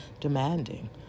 demanding